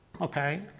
Okay